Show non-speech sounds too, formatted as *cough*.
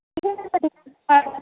*unintelligible*